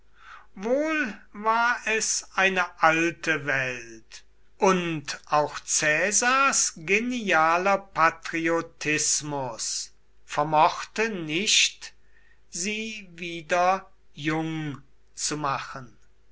wohl war es eine alte welt und auch caesars genialer patriotismus vermochte nicht sie wieder jung zu machen